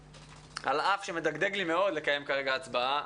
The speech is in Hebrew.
על אף שמדגדג לי מאוד לקיים כרגע הצבעה,